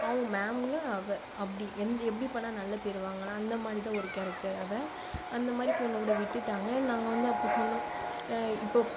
அவங்கள் மேம்ங்கள் அவள் அப்படி எந்த எப்படி பண்ணிணா நல்ல பேர் வாங்கலாம் அந்த மாதிரிதான் ஒரு கேரக்டர் அவள் அந்தமாதிரி பொண்ணு கூட விட்டுவிட்டாங்க நாங்கள் வந்து அப்போ சொன்னால் இப்போ